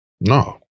No